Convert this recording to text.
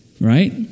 right